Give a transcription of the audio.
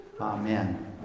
Amen